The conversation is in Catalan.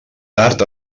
tard